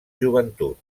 joventut